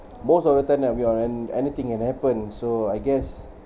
most of the time that we are in anything can happen so I guess